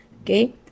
Okay